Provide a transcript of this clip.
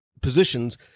positions